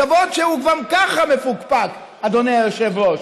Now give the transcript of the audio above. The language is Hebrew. כבוד שהוא כבר ככה מפוקפק, אדוני היושב-ראש.